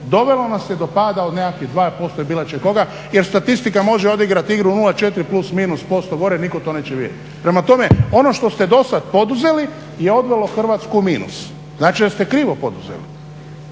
doveo nas je do pada od nekakvih 2% …/Govornik se ne razumije./… jer statistika može odigrati igru 0,4 plus, minus posto gore. Nitko to neće vidjeti. Prema tome, ono što ste do sad poduzeli je odvelo Hrvatsku u minus. Znači da ste krivo poduzeli.